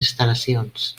instal·lacions